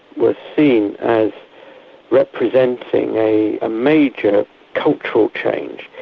was seen as representing a ah major cultural change.